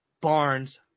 Barnes